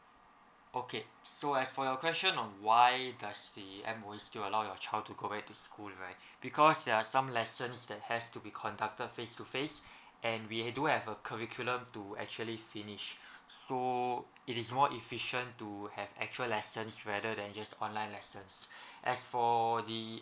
okay so as for your question on why does the M_O_E still allow your child to go back to school right because there are some lessons that has to be conducted face to face and we do have a curriculum to actually finish so it is more efficient to have actual lessons rather than just online lessons as for the